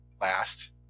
last